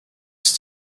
ist